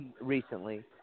recently